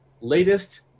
latest